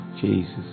Jesus